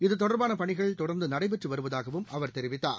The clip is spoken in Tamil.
இது தொடர்பான பணிகள் தொடர்ந்து நடைபெற்று வருவதாகவும் அவர் தெரிவித்தார்